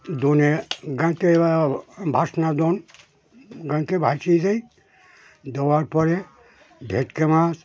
দোনে গাঁকে ভাসনা দোন গাঁকে ভাসিয়ে দেই দেওয়ার পরে ভেটকি মাছ